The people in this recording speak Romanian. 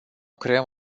creăm